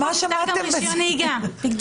לדעתי, לא